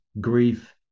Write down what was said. grief